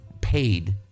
paid